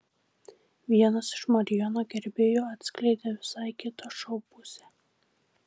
vienas iš marijono gerbėjų atskleidė visai kitą šou pusę